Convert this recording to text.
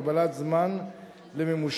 הגבלת זמן למימושו,